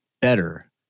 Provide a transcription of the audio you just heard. better